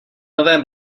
novém